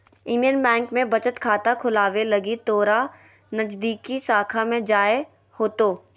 Indian Bank में बचत खाता खोलावे लगी तोरा नजदीकी शाखा में जाय होतो